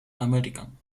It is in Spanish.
american